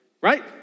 Right